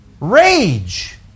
Rage